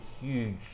huge